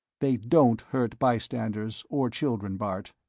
they don't hurt bystanders or children, bart.